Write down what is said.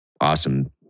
awesome